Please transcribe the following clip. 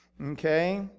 okay